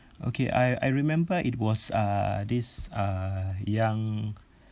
okay I I remember it was uh this uh young